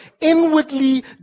inwardly